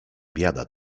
biada